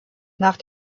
nach